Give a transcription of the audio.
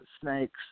snakes